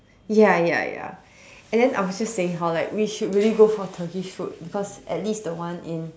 ya ya ya and then I was just saying how like we should really go for Turkish food because as least the one in